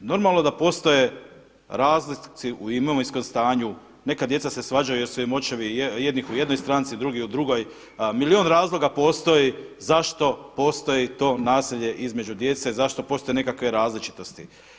Normalno da postoje razlike u imovinskom stanju, neka djeca se svađaju jer su im očevi jednih u jednoj stranci, drugi u drugoj, milijun razloga postoji zašto postoji to nasilje između djece zašto postoje nekakve različitosti.